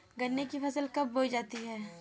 गन्ने की फसल कब बोई जाती है?